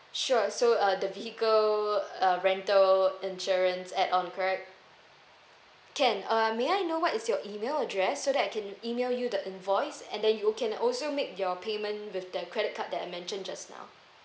sure so uh the vehicle uh rental insurance add on correct can uh may I know what is your email address so that I can email you the invoice and then you can also make your payment with the credit card that I mentioned just now